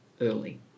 early